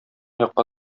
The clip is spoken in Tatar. якка